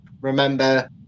remember